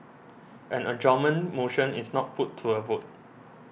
an adjournment motion is not put to a vote